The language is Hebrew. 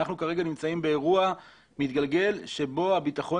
אנחנו כרגע נמצאים באירוע מתגלגל שבו הביטחון